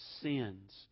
sins